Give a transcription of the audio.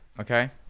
okay